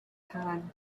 time